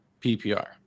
PPR